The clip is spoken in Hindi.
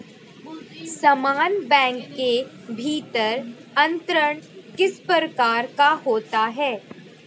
समान बैंक के भीतर अंतरण किस प्रकार का होता है?